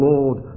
Lord